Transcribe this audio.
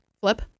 Flip